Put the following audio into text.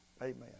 Amen